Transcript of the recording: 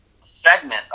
segment